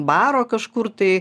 baro kažkur tai